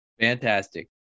Fantastic